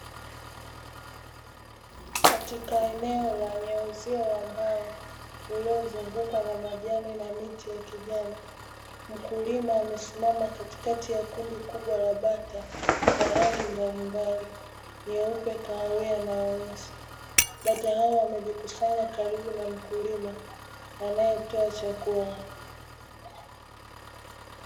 Katika eneo lenye uzio wa mbao, lililozungukwa na majani na miti ya kijani, mkulima amesimama katikati ya kundi kubwa la bata wa rangi mbalimbali nyeupe, kahawia na weusi, bata hao wamejikusanya karibu na mkulima anayetoa chakula.